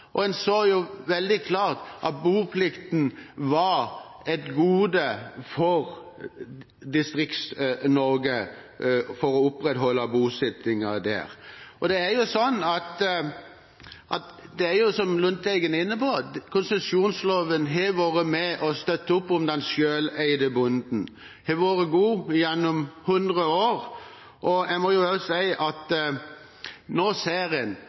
og en så veldig klart at boplikten var et gode for Distrikts-Norge for å opprettholde bosettinger der. Det er sånn som Lundteigen var inne på: Konsesjonsloven har vært med på å støtte opp om den selveiende bonden, den har vært god gjennom 100 år. Jeg må også si at nå ser en